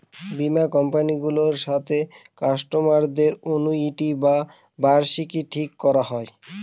বীমা কোম্পানি গুলোর সাথে কাস্টমারদের অনুইটি বা বার্ষিকী ঠিক করা হয়